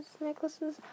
necklaces